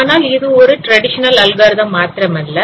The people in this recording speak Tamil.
ஆனால் இது ஒரு டிரடிஷனல் அல்காரிதம் மாத்திரமல்ல